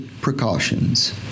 precautions